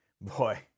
boy